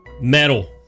Metal